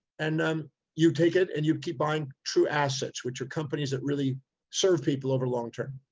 and um you take it and you keep buying true assets, which are companies that really serve people over long term.